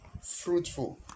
fruitful